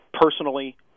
personally